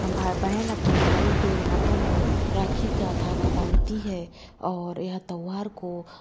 हम बहन अपने भाई के हाथों में राखी का धागा बांधती है और यह त्यौहार को